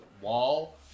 wall